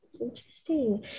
Interesting